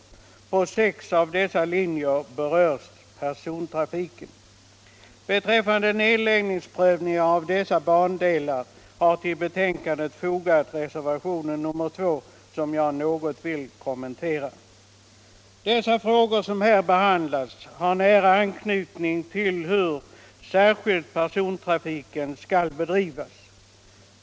På sex av dessa linjer berörs persontrafiken. Beträffande nedläggningsprövningar av dessa bandelar har till betänkandet fogats reservationen 2, som jag något vill kommentera. De frågor som här behandlats har nära anknytning till hur särskilt persontrafiken skall bedrivas.